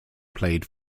played